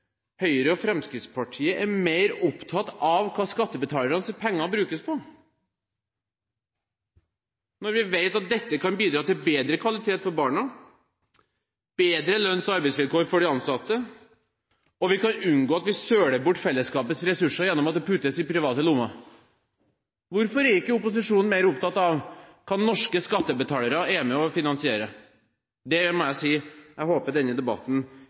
Høyre og Fremskrittspartiet er mer opptatt av hva skattebetalernes penger brukes på, når vi vet at dette kan bidra til bedre kvalitet for barna, bedre lønns- og arbeidsvilkår for de ansatte, og vi kan unngå at vi søler bort fellesskapets ressurser gjennom at det puttes i private lommer. Hvorfor er ikke opposisjonen mer opptatt av hva norske skattebetalere er med på å finansiere? Det må jeg si at jeg håper denne debatten